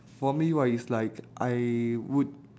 for me right it's like I would